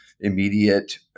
immediate